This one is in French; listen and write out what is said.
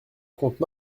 comte